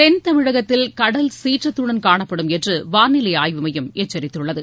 தென்தமிழகத்தில் கடல் சீற்றத்துடன் காணப்படும் என்று வானிலை ஆய்வு மையம் எச்சரித்துள்ளது